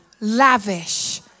lavish